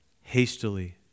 hastily